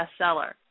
bestseller